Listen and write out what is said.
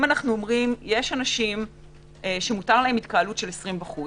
אם אנו אומרים שיש אנשים שמותר להם התקהלות 20 אנשים בחוץ,